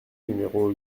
numéro